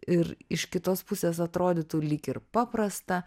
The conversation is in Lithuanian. ir iš kitos pusės atrodytų lyg ir paprasta